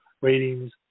ratings